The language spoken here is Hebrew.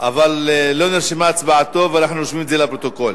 לא נרשמה הצבעתו, ואנחנו רושמים את זה לפרוטוקול.